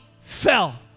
fell